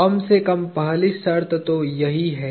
कम से कम पहली शर्त तो यही है